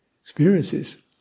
experiences